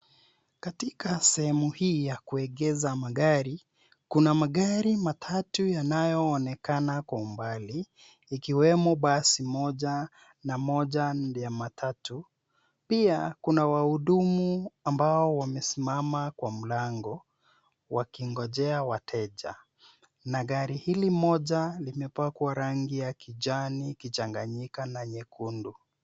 Katika sehemu hii ya kuegeza magari, kuna magari matatu yanayoonekana kwa umbali, ikiwemo basi moja na moja ya matatu. Pia kuna wahudumu ambao wamesimama kwa mlango wakingojea wateja. Na gari hili moja, limepakwa rangi ya kijani kichanganyika na nyekundu.